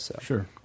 Sure